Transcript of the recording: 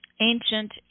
ancient